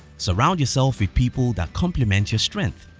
surround yourself with people that complement your strengths.